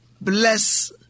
Bless